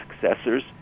successors